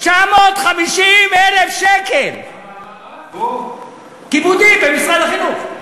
950,000 שקל כיבודים במשרד החינוך.